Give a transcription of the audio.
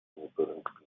мониторинг